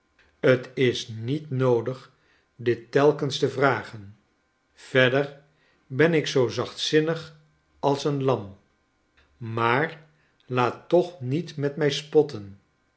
t is niet noodig dit telkens te vragen verder ben ik zoo zachtzinnig als een lam maar laat toch niet met mij spotten